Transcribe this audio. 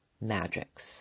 magics